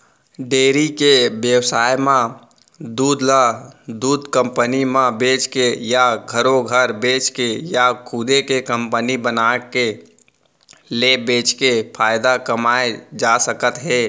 dairy के बेवसाय म दूद ल दूद कंपनी म बेचके या घरो घर बेचके या खुदे के कंपनी बनाके ले बेचके फायदा कमाए जा सकत हे